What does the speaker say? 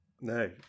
no